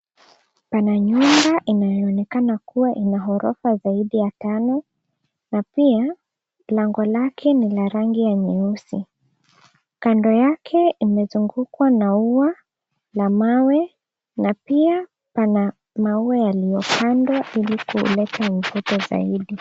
Pana nyumba inayoonekana kuwa ina ghorofa zaidi ya tano na pia lango lake ni la rangi ya nyeusi. Kando yake imezungukwa na ua na mawe na pia pana maua yaliyopandwa ilikuleta mvuto zaidi.